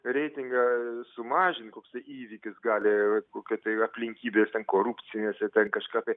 reitingą sumažint koksai įvykis galėjo ir kokia tai aplinkybės ten korupcinės ir ten kažkas tai